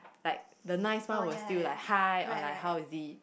like the nice one will still like hi or like how is it